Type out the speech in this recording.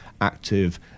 active